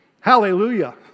Hallelujah